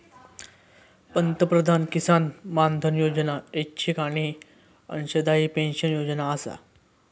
पंतप्रधान किसान मानधन योजना ऐच्छिक आणि अंशदायी पेन्शन योजना आसा